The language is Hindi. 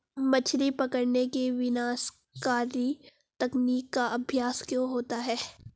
मछली पकड़ने की विनाशकारी तकनीक का अभ्यास क्यों होता है?